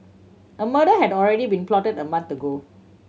a murder had already been plotted a month ago